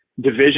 division